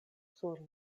sur